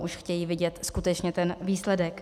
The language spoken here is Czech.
Už chtějí vidět skutečně výsledek.